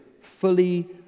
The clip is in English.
fully